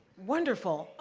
wonderful.